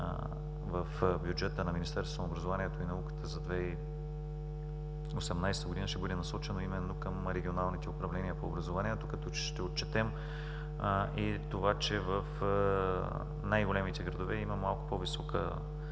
в бюджета на Министерството на образованието и науката за 2018 г., ще бъде насочено именно към регионалните управления по образованието, като ще отчетем и това, че в най-големите градове има малко по-висока